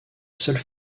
seule